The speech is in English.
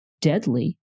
deadly